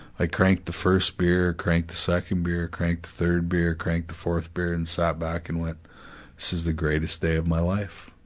i cranked the first beer, cranked the second beer, cranked the third beer, cranked the fourth beer, and sat back and went this is the greatest day of my life,